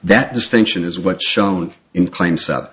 that distinction is what shown in claims